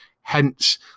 hence